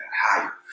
higher